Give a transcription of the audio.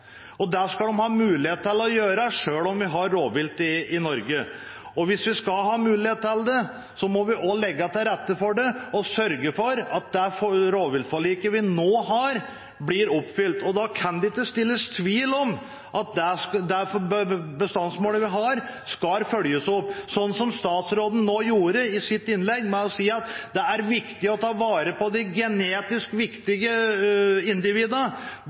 skal de ha mulighet til å gjøre selv om vi har rovvilt i Norge. Hvis man skal ha mulighet til det, må vi legge til rette for det og sørge for at det rovviltforliket vi nå har, blir oppfylt. Da kan det ikke skapes tvil om at det bestandsmålet vi har, skal følges opp, slik som statsråden nå gjorde i sitt innlegg ved å si at det er viktig å ta vare på de genetisk viktige